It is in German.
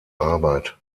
arbeit